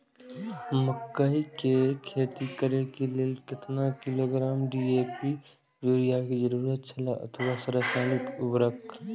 मकैय के खेती करे के लेल केतना किलोग्राम डी.ए.पी या युरिया के जरूरत छला अथवा रसायनिक उर्वरक?